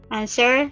answer